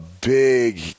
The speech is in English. big